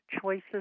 choices